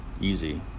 easy